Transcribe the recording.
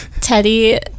Teddy